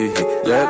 Let